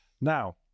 Now